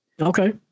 Okay